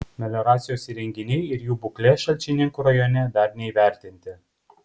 melioracijos įrenginiai ir jų būklė šalčininkų rajone dar neįvertinti